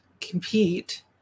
compete